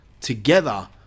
together